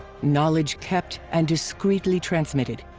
knowledge kept and discreetly transmitted.